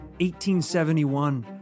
1871